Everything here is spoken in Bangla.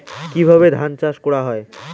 কিভাবে ধান চাষ করা হয়?